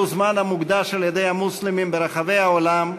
זה זמן המוקדש על-ידי המוסלמים ברחבי העולם לצום,